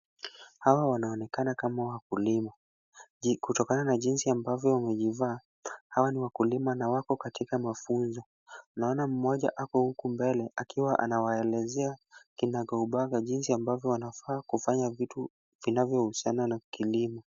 Hawa wanaonekana kama wakulima kutokana na jinsi ambavyo wamejivaa. Hawa ni wakulima na wako katika mafunzo. Tunaona mmoja ako huku mbele akiwa anawaelezea kinagaubaga jinsi ambavyo wanafaa kufanya vitu vinavyohusiana na kilimo.